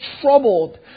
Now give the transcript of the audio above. troubled